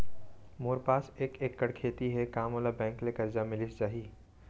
मोर पास एक एक्कड़ खेती हे का मोला बैंक ले करजा मिलिस जाही?